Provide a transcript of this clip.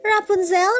Rapunzel